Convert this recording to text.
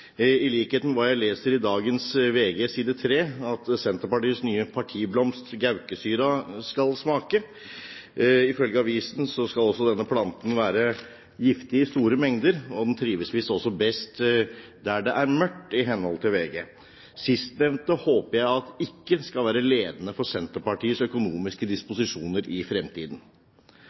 hva jeg leser i dagens VG på side 3 at Senterpartiets nye partiblomst, gaukesyra, skal smake. Ifølge avisen skal også denne planten være giftig i store mengder, og den trives visst også best der det er mørkt, ifølge VG. Jeg håper ikke sistnevnte skal være ledende for Senterpartiets økonomiske disposisjoner i fremtiden.